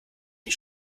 die